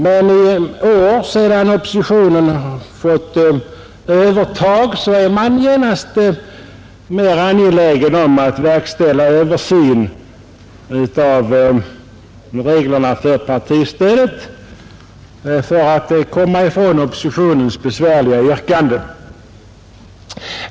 Men i år, sedan oppositionen fått övertag, är man genast mer angelägen att verkställa översyn av reglerna för partistödet, för att komma ifrån oppositionens besvärliga yrkande.